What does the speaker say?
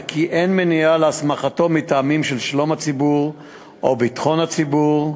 וכי אין מניעה להסמכתו מטעמים של שלום הציבור או ביטחון הציבור,